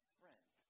friend